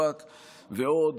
מפוקפק ועוד.